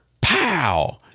pow